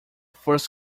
first